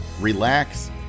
relax